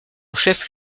chef